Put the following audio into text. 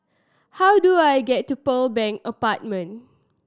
how do I get to Pearl Bank Apartment